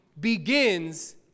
begins